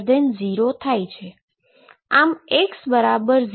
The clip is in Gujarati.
x0 માટે સતત છે